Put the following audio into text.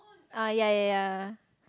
ah ya ya ya